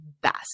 best